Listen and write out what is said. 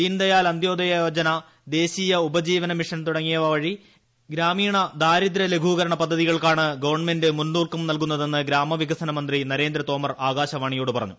ദീൻ ദയാൽ അന്ത്യോദയ ജോജന ദേശീയ ഉപജീവന മിഷൻ തുടങ്ങിയ വഴി ഗ്രാമീണ ദാരിദ്ര്യ ലഘൂകരണ പദ്ധതികൾക്കാണ് ഗവൺമെന്റ് മുൻതൂക്കം നൽകുന്നതെന്ന് ഗ്രാമവികസന മന്ത്രി നരേന്ദ്ര തോമർ ആകാശവാണിയോട് പറഞ്ഞു